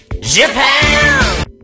Japan